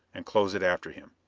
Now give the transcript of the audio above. and close it after him.